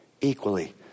Equally